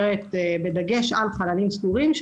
בדגש על חללים סגורים ,